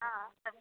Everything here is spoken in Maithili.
हँ सबकेँ